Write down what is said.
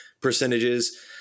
percentages